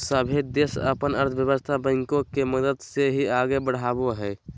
सभे देश अपन अर्थव्यवस्था बैंको के मदद से ही आगे बढ़ावो हय